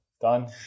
done